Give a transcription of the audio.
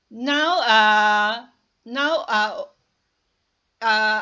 now uh now uh uh